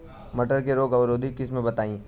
मटर के रोग अवरोधी किस्म बताई?